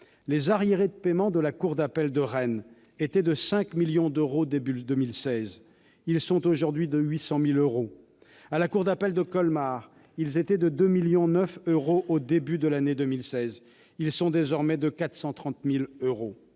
Les arriérés de paiement de la cour d'appel de Rennes étaient de 5 millions d'euros début 2016 ; ils sont aujourd'hui de 800 000 euros. À la cour d'appel de Colmar, ceux-ci étaient de 2,9 millions d'euros au début de l'année 2016 ; ils sont désormais de 430 000 euros.